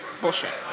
Bullshit